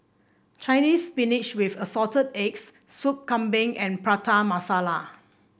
Chinese Spinach with Assorted Eggs Soup Kambing and Prata Masala